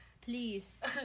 please